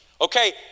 Okay